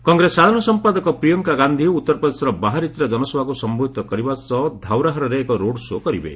କଂଗ୍ରେସ ସାଧାରଣ ସମ୍ପାଦକ ପ୍ରିୟଙ୍କା ଗାନ୍ଧି ଉତ୍ତର ପ୍ରଦେଶର ବାହାରିଚ୍ରେ ଜନସଭାକ୍ର ସମ୍ଭୋଧୃତ କରିବା ସହ ଧାଉରାହରାରେ ଏକ ରୋଡ୍ ଶୋ' କରିବେ